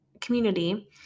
community